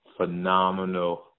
phenomenal